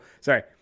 sorry